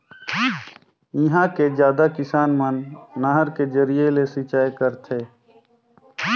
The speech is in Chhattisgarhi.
इहां के जादा किसान मन नहर के जरिए ले सिंचई करथे